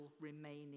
remaining